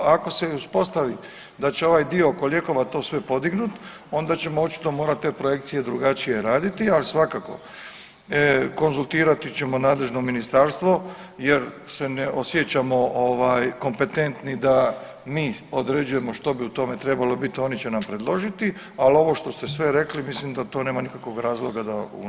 A ako se i uspostavi da će ovaj dio oko lijekova to sve podignuti onda ćemo očito morati te projekcije drugačije raditi, ali svakako konzultirati ćemo nadležno ministarstvo jer se ne osjećamo ovaj kompetentni da mi određujemo što bi u tome trebalo biti oni će nam predložili, ali ovo sve što ste rekli mislim da to nema nikakvog razloga da unutra